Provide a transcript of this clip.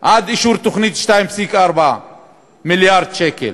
עד אישור תוכנית 2.4 מיליארד השקל.